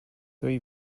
though